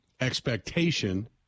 expectation